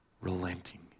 relenting